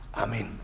Amen